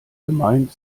gemeint